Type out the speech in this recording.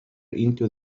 into